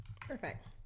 Perfect